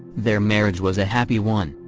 their marriage was a happy one.